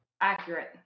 accurate